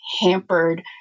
hampered